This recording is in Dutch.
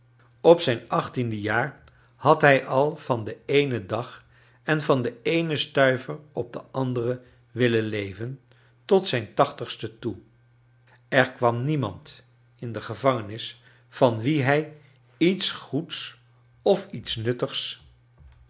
op zijn achttiende jaar had hij al van den eenen dag en van den eenen stuiver op den anderen willen leven tot zijn tachtigste toe er kwam niemand in de gevangenis van wien hij iets goeds of iets nuttigs